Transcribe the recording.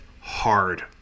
hard